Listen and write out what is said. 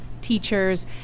teachers